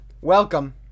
Welcome